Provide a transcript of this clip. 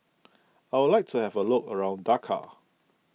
I would like to have a look around Dakar